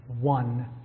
One